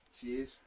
Cheers